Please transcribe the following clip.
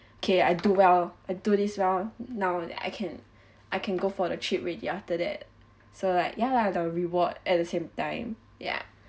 K I do well I do this well now I can I can go for the trip already after that so like ya lah the reward at the same time ya